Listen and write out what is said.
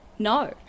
No